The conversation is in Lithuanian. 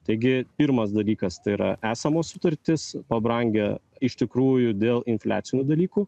taigi pirmas dalykas tai yra esamos sutartys pabrangę iš tikrųjų dėl infliacinių dalykų